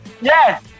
Yes